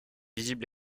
visible